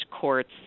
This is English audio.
courts